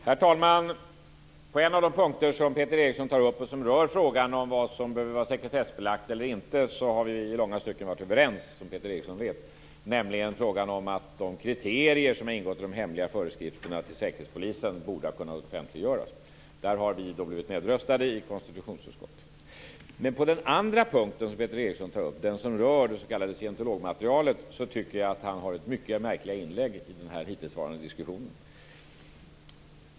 Herr talman! På en av de punkter som Peter Eriksson tar upp som rör frågan om vad som behöver vara sekretessbelagt eller inte har vi, som Peter Eriksson vet, i långa stycken varit överens. Det rör sig om frågan om att de kriterier som har ingått i de hemliga föreskrifterna till säkerhetspolisen borde ha kunnat offentliggöras. Där har vi blivit nedröstade i konstitutionsutskottet. Men på den andra punkt som Peter Eriksson tar upp, den som rör det s.k. scientologimaterialet, tycker jag att han har haft mycket märkliga inlägg i den hittillsvarande diskussionen.